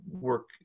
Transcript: work